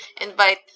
invite